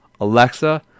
Alexa